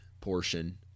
portion